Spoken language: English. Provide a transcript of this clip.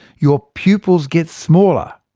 your pupils get smaller.